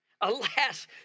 Alas